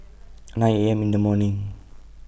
nine A M in The morning